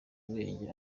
ubwenge